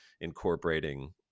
incorporating